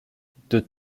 deux